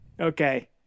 Okay